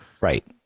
right